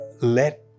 let